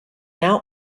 now